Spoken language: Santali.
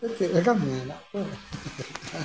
ᱟᱫᱚ ᱪᱮᱫ ᱞᱮᱠᱟᱢ ᱢᱮᱱᱟᱜ ᱛᱳ